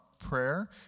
prayer